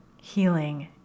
healing